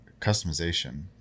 customization